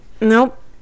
nope